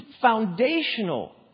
foundational